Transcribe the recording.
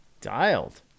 Dialed